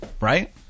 right